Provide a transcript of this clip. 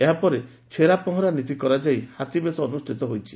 ଏହାପରେ ଛେରାପହଁରା ନୀତି କରାଯାଇ ହାତୀବେଶ ଅନୁଷିତ ହୋଇଛି